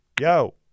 Yo